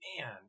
man